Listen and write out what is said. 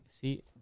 See